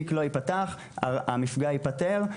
תיק לא ייפתח, המפגע ייפתר,